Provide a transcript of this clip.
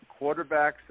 quarterbacks